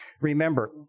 Remember